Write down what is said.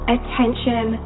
Attention